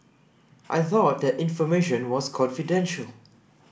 I thought that information was confidential